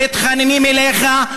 מתחננים אליך,